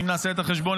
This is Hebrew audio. אם נעשה את החשבון,